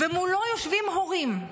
ומולו יושבים הורים.